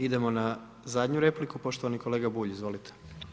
Idemo na zadnju repliku, poštovani kolega Bulj, izvolite.